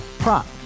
Prop